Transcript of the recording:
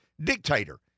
dictator